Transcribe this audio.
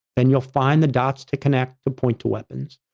and you'll find the dots to connect to point to weapons.